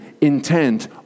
intent